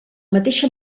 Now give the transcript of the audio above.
mateixa